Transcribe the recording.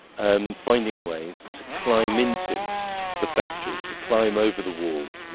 and finding ways to climb into the factories, to climb over the walls,